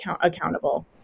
accountable